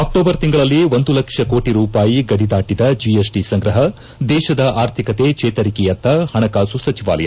October ತಿಂಗಳಲ್ಲಿ ಒಂದು ಲಕ್ಷ ಕೋಟ ರೂಪಾಯಿ ಗಡಿದಾಟದ ಜಿಎಸ್ಟಿ ಸಂಗ್ರಹ ದೇಶದ ಆರ್ಥಿಕತೆ ಚೇತರಿಕೆಯತ್ತ ಹಣಕಾಸು ಸಚಿವಾಲಯ